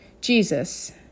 Jesus